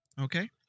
Okay